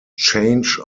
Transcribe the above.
change